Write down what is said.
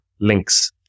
links